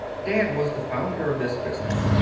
dad was the founder of this business.